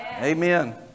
Amen